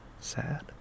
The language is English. sad